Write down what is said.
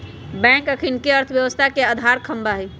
bank अखनिके अर्थव्यवस्था के अधार ख़म्हा हइ